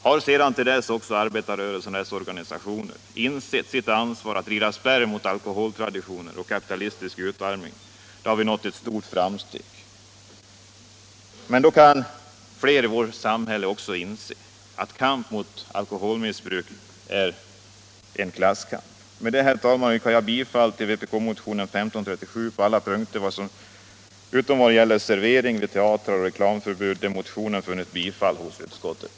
Har sedan arbetarrörelsen och dess organisationer till dess insett sitt ansvar att rida spärr mot alkoholtraditioner och kapitalistisk utarmning, då har vi gjort ett stort framsteg. Då kan också fler i vårt samhälle inse att kamp mot alkoholmissbruk är en klasskamp. Med detta, herr talman, yrkar jag bifall till vpk-motionen 1537 på alla punkter utom i vad gäller servering vid teatrar och reklamförbud, där motionen har tillstyrkts av utskottet.